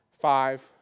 Five